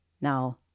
Now